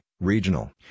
regional